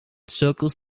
circles